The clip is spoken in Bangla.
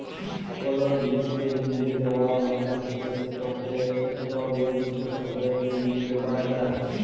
কল জিলিসকে লিসে দেওয়া মালে হচ্যে সেটকে একট লিরদিস্ট সময়ের জ্যনহ ব্যাভার ক্যরা